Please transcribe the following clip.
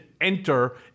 enter